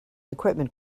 equipment